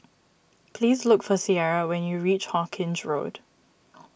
please look for Ciera when you reach Hawkinge Road